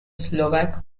slovak